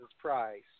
price